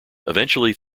eventually